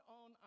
on